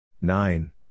Nine